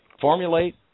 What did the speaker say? formulate